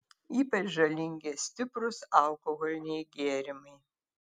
ypač žalingi stiprūs alkoholiniai gėrimai